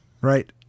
Right